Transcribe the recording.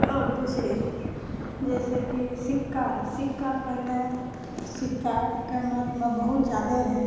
आओर दूसरी जइसे कि सिक्का सिक्का पहिले सिक्काके महत्म बहुत जादे रहै